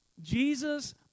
Jesus